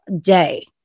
day